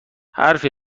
حرف